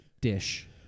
dish